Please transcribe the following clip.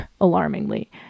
alarmingly